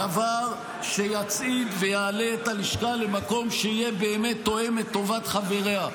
זה דבר שיצעיד ויעלה את הלשכה ויהיה תואם באמת את טובת חבריה.